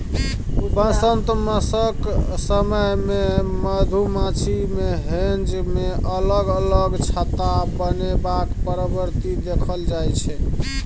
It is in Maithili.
बसंमतसक समय मे मधुमाछी मे हेंज मे अलग अलग छत्ता बनेबाक प्रवृति देखल जाइ छै